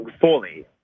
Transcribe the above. fully